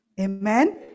Amen